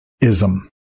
ism